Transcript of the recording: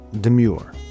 Demure